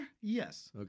Yes